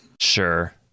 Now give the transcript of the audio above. Sure